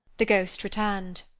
the ghost returned,